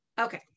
Okay